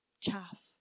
chaff